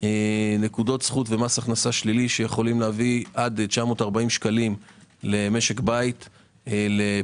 נקודות זכות ומס הכנסה שלילי שיכולים להביא עד 940 שקלים למשק בית לפעוט